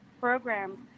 programs